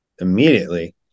immediately